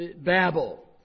Babel